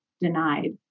denied